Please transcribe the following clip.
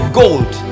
gold